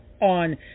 on